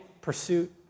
pursuit